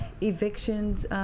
evictions